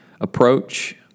approach